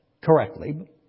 correctly